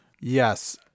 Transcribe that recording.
Yes